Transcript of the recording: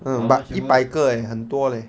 uh but 一百个 leh 很多 leh